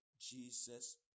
Jesus